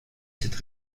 cette